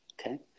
Okay